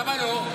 למה לא?